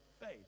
faith